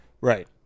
right